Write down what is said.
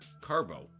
Carbo